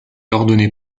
ordonné